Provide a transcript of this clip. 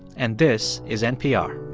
and this is npr